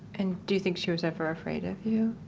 and do you think she was ever afraid of you?